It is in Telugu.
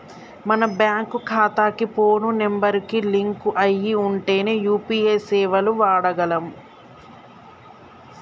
మన బ్యేంకు ఖాతాకి పోను నెంబర్ కి లింక్ అయ్యి ఉంటేనే యూ.పీ.ఐ సేవలను వాడగలం